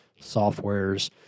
softwares